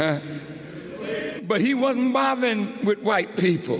man but he wasn't bob and white people